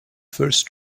first